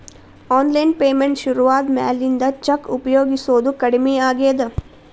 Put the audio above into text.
online payment ಶುರುವಾದ ಮ್ಯಾಲಿಂದ cheque ಉಪಯೊಗಸೋದ ಕಡಮಿ ಆಗೇದ